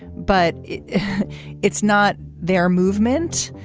but it's not their movement.